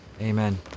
amen